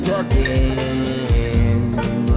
again